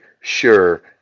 sure